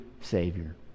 savior